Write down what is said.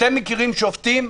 אתם מכירים שופטים,